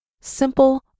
Simple